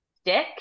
stick